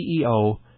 CEO